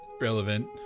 relevant